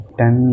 ten